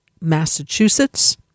Massachusetts